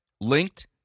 linked